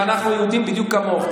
ואנחנו יהודים בדיוק כמוך.